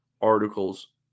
articles